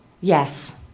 Yes